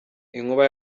inkuba